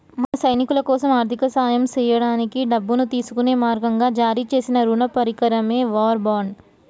మన సైనికులకోసం ఆర్థిక సాయం సేయడానికి డబ్బును తీసుకునే మార్గంగా జారీ సేసిన రుణ పరికరమే వార్ బాండ్